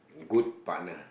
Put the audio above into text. good partner